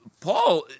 Paul